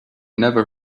never